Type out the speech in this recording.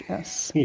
yes. yes.